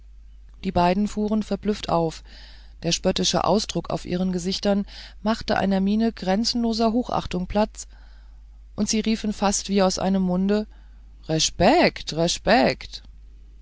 die beiden fuhren verblüfft auf der spöttische ausdruck auf ihren gesichtern machte einer miene grenzenloser hochachtung platz und sie riefen fast wie aus einem munde räschpäkt räschpäkt